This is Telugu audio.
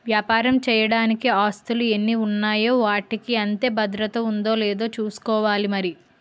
వ్యాపారం చెయ్యడానికి ఆస్తులు ఎన్ని ఉన్నాయో వాటికి అంతే భద్రత ఉందో లేదో చూసుకోవాలి మరి